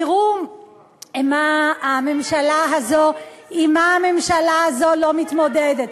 תראו עם מה הממשלה הזו לא מתמודדת.